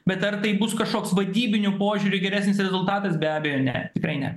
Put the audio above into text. bet ar tai bus kažkoks vadybiniu požiūriu geresnis rezultatas be abejo ne tikrai ne